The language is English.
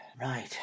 Right